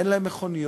אין להם מכוניות